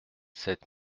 sept